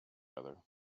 other